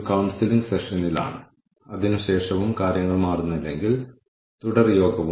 കൂടാതെ ഈ പ്രക്രിയ നടപ്പിലാക്കിയ ശേഷം കാര്യങ്ങൾ അംഗീകരിക്കുന്ന ആളുകളുടെ എണ്ണം വർദ്ധിച്ചു